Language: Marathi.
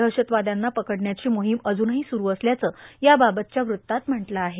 दहशतवाद्यांना पकडण्याची मोहीम अजूनही स्रूर असल्याचं याबाबतच्या वृत्तात म्हटलं आहे